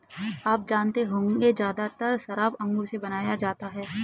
आप जानते होंगे ज़्यादातर शराब अंगूर से बनाया जाता है